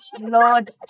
Lord